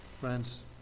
Friends